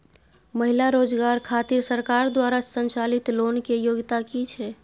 महिला रोजगार खातिर सरकार द्वारा संचालित लोन के योग्यता कि छै?